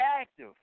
active